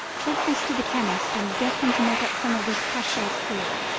take this to the chemist and get him to make up some of these cachets quick,